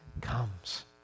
comes